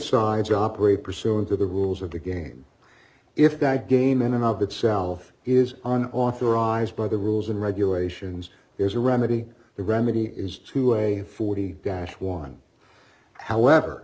sides operate pursuant to the rules of the game if that game in and of itself is an authorized by the rules and regulations there's a remedy the remedy is to a forty dash one however